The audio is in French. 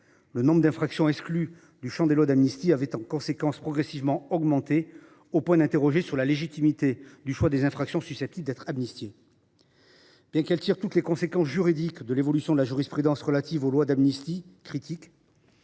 Le nombre d’infractions exclues du champ des lois d’amnistie avait, en conséquence, progressivement augmenté, au point d’interroger sur la légitimité du choix des infractions susceptibles d’être amnistiées. Bien qu’elles tirent toutes les conséquences juridiques de l’évolution de la jurisprudence relative aux lois d’amnistie, ces critiques